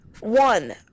One